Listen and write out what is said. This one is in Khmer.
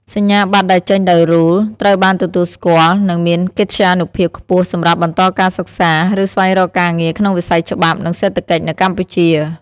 សញ្ញាបត្រដែលចេញដោយ RULE ត្រូវបានទទួលស្គាល់ និងមានកិត្យានុភាពខ្ពស់សម្រាប់បន្តការសិក្សា ឬស្វែងរកការងារក្នុងវិស័យច្បាប់ និងសេដ្ឋកិច្ចនៅកម្ពុជា។